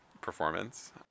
performance